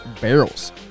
Barrels